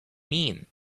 mean